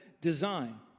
design